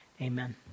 Amen